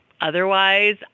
Otherwise